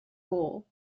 role